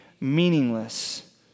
meaningless